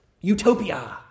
utopia